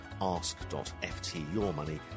ask.ftyourmoney